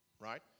right